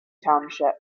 township